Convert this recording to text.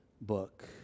book